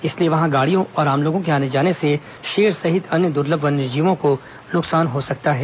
इसलिए वहां गाड़ियों और आम लोगों के आने जाने से शेर सहित अन्य दुर्लभ वन्यजीवों को नुकसान हो सकता है